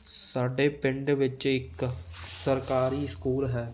ਸਾਡੇ ਪਿੰਡ ਵਿੱਚ ਇੱਕ ਸਰਕਾਰੀ ਸਕੂਲ ਹੈ